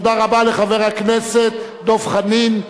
תודה רבה לחבר הכנסת דב חנין,